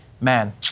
man